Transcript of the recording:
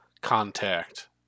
contact